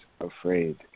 afraid